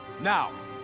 Now